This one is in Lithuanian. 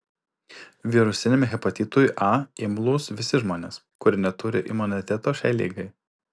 virusiniam hepatitui a imlūs visi žmonės kurie neturi imuniteto šiai ligai